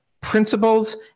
principles